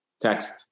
Text